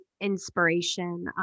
inspiration